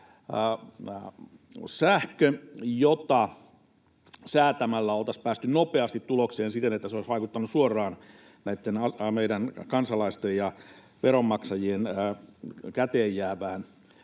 jota säätämällä olisi päästy nopeasti tulokseen siten, että se olisi vaikuttanut suoraan kansalaisten ja veronmaksajien käteen jäävään